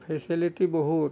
facility বহুত